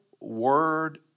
word